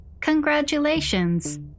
congratulations